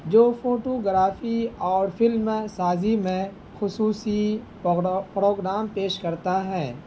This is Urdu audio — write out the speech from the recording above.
جو فوٹو گرافی اور فلم سازی میں خصوصی پروگرام پیش کرتا ہے